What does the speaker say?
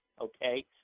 okay